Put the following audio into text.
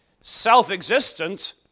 self-existent